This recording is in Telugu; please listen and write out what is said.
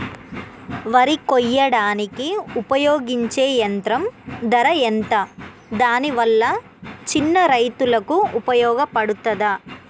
వరి కొయ్యడానికి ఉపయోగించే యంత్రం ధర ఎంత దాని వల్ల చిన్న రైతులకు ఉపయోగపడుతదా?